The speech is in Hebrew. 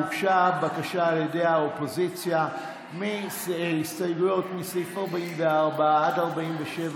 הוגשה בקשה על ידי האופוזיציה שההסתייגויות בסעיף 44 עד 47,